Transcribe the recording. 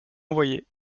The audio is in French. envoyer